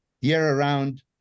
year-round